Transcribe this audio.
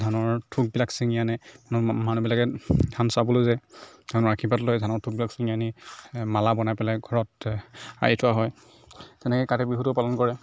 ধানৰ ঠোকবিলাক চিঙি আনে মানুহবিলাকে ধান চাবলৈ যায় ধানৰ আশীৰ্বাদ লয় ধানৰ ঠোকবিলাক চিঙি আনি মালা বনাই পেলাই ঘৰত আৰি থোৱা হয় তেনেকৈ কাতি বিহুটো পালন কৰে